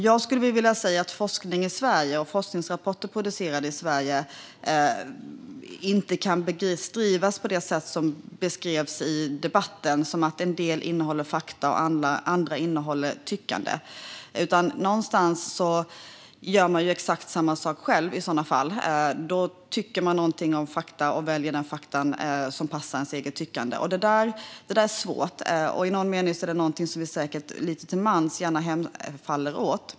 Jag skulle vilja säga att forskning i Sverige och forskningsrapporter producerade i Sverige inte kan beskrivas som att en del innehåller fakta och andra innehåller tyckande. Det var på det sättet det beskrevs i debatten. Någonstans gör man ju exakt samma sak själv i så fall - man tycker någonting om fakta och väljer de fakta som passar ens eget tyckande. Det där är svårt. I någon mening är det någonting som vi säkert lite till mans gärna hemfaller åt.